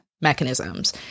mechanisms